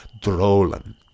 Drolan